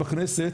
בכנסת,